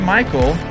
Michael